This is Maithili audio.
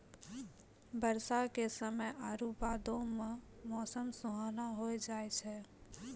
बरसा के समय आरु बादो मे मौसम सुहाना होय जाय छै